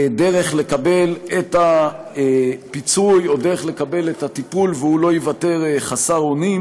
דרך לקבל את הפיצוי או דרך לקבל את הטיפול והוא לא ייוותר חסר אונים.